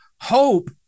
hope